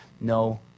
no